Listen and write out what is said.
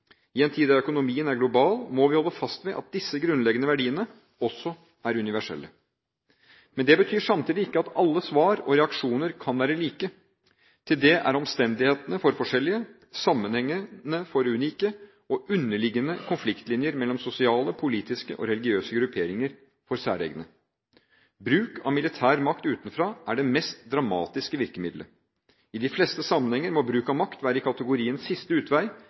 I en tid der økonomien er global, må vi holde fast ved at disse grunnleggende verdiene også er universelle. Det betyr samtidig ikke at alle svar og reaksjoner kan være like, til det er omstendighetene for forskjellige, sammenhengene for unike og underliggende konfliktlinjer mellom sosiale, politiske og religiøse grupperinger for særegne. Bruk av militær makt utenfra er det mest dramatiske virkemidlet. I de fleste sammenhenger må bruk av makt være i kategorien siste utvei,